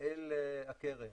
אל הקרן